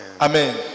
amen